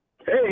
Hey